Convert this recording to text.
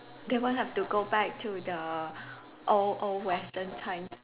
they won't have to go back to the old old Western times